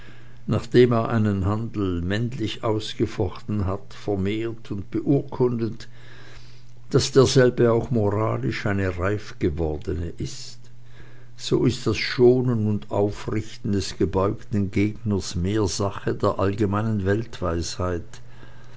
nachdem er einen handel männlich ausgefochten hat vermehrt und beurkundet daß dieselbe auch moralisch eine reifgewordene ist so ist das schonen und aufrichten des gebeugten gegners mehr sache der allgemeinen